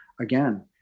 again